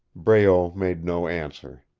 breault made no answer.